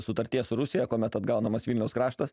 sutarties su rusija kuomet atgaunamas vilniaus kraštas